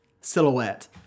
silhouette